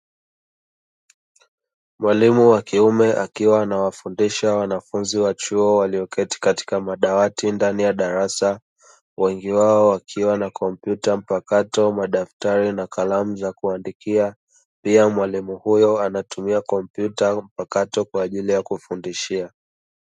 Mwalimu wa kiume akiwa anawafundisha wanafunzi wa kiume, walioketi katika madawati ndani ya darasa; wengi wao wakiwa na kopyuta mpakato, madaftari na kalamu za kuandikia. Pia mwalimu huyo anatumia kompyuta mpakato kwa ajili ya kufundishia.